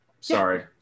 sorry